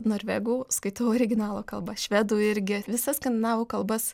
norvegų skaitau originalo kalba švedų irgi visas skandinavų kalbas